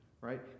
right